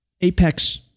Apex